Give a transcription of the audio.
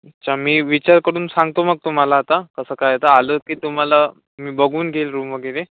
अच्छा मी विचार करून सांगतो मग तुम्हाला आता कसं काय तर आलं की तुम्हाला मी बघून घेईल रूम वगैरे